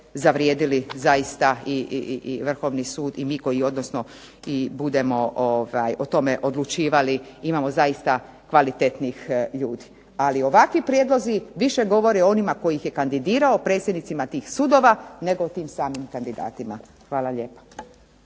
zavrijedili zaista i Vrhovni sud i mi koji, odnosno i budemo o tome odlučivali imamo zaista kvalitetnih ljudi. Ali ovakvi prijedlozi više govore o onima tko ih je kandidirao predsjednicima tih sudova, nego o tim samim kandidatima. Hvala lijepa.